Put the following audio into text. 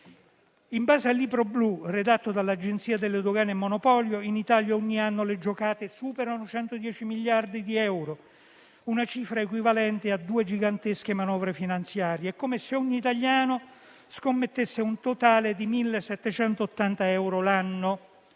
In base al Libro Blu, redatto dall'Agenzia delle dogane e dei monopoli, in Italia ogni anno le giocate superano i 110 miliardi di euro, una cifra equivalente a due gigantesche manovre finanziarie. È come se ogni italiano scommettesse un totale di 1.780 euro l'anno